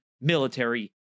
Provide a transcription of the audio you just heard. military